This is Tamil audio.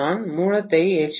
நான் மூலத்தை எச்